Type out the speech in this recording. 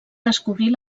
descobrir